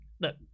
Look